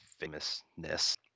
famousness